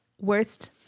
Worst